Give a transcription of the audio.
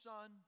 Son